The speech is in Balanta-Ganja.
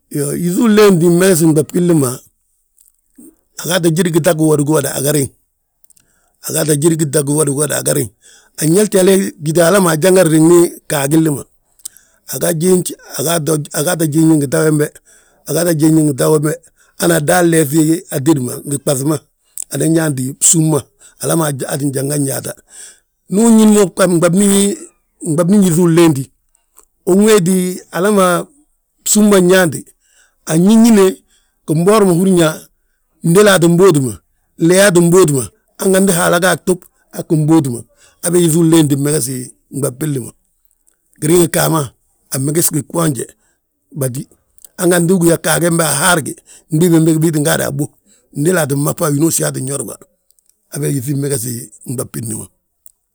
Iyoo, yíŧi ulléti mmegesi nɓab billi ma, aga ta jédi gita giwodi giwoda aga riŋ, agata jédi gita giwodi giwoda aga riŋ. Anyalti yaale tita hala ma ajanga riŋni ghaa gilli ma, aga jiinj agata jiinji ngi ta wembe, agata jiinji ngi ta wembe, hana dan leefi atédi ma ngi ngi ɓaŧi ma. Anan yaanti bsúm ma, hala maa ttin jangan yaata. Ndu uñin mo, ɓab nɓabni, nɓabni yíŧi unléeti, unwéeti hala bsúm ma nyaanti, anñin ñine gimboori ma húrin yaa fndélaa tti bóotima, léeyaa ttim bóotima. Han ganti haala gaa tub, aa ggim bóotima, hambe yíŧi uléenti mmegesi nɓab billi ma, giriŋ ghaa ma, anmegesgi gboonje batí hanganti, ugí yaa ghaa gembe ahaargi, gbii bembege bii tti gaadi a bóo, fndélaa tti masbà, winoosi aa ttin yorbà, hebe yíŧi mmegesi nɓab billi ma.